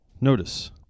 notice